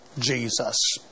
Jesus